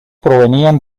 provenían